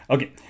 Okay